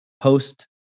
post